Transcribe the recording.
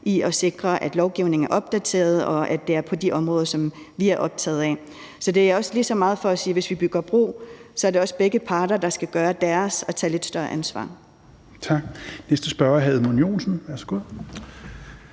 at sikre, at lovgivningen er opdateret, og at den er det på de områder, som vi er optaget af. Så det er også lige så meget for at sige, at hvis vi bygger bro, er det også begge parter, der skal gøre deres – og tage lidt større ansvar. Kl. 16:57 Fjerde næstformand